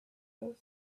grow